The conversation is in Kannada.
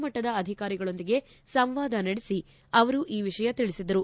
ಮಟ್ಟದ ಅಧಿಕಾರಿಗಳೊಂದಿಗೆ ಸಂವಾದ ನಡೆಸಿ ಅವರು ಈ ವಿಷಯ ತಿಳಿಸಿದರು